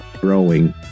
growing